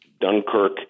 Dunkirk